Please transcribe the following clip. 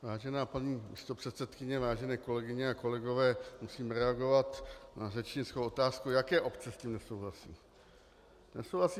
Vážená paní místopředsedkyně, vážené kolegyně a kolegové, musím reagovat na řečnickou otázku, jaké obce s tím nesouhlasí.